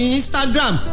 Instagram